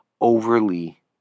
overly